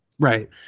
Right